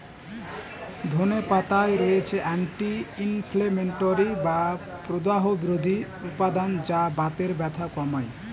ধনে পাতায় রয়েছে অ্যান্টি ইনফ্লেমেটরি বা প্রদাহ বিরোধী উপাদান যা বাতের ব্যথা কমায়